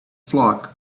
flock